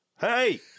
Hey